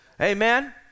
Amen